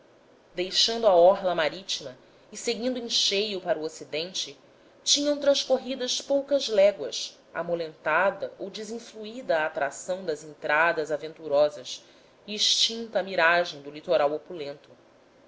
deixando a orla marítima e seguindo em cheio para o ocidente tinham transcorridas poucas léguas amolentada ou desinfluída a atração das entradas aventurosas e extinta a miragem do litoral opulento